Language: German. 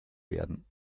werden